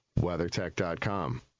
WeatherTech.com